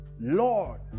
Lord